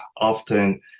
often